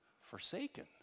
forsaken